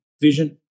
vision